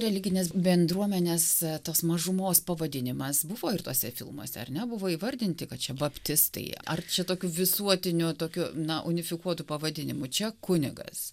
religinės bendruomenės tos mažumos pavadinimas buvo ir tuose filmuose ar ne buvo įvardinti kad čia baptistai ar čia tokiu visuotiniu tokiu na unifikuotu pavadinimu čia kunigas